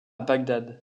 bagdad